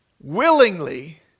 willingly